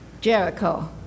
Jericho